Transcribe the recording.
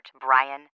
Brian